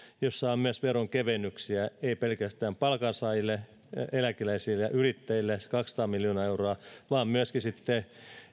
jossa on myös veronkevennyksiä ei pelkästään palkansaajille eläkeläisille ja yrittäjille kaksisataa miljoonaa euroa vaan myöskin sitten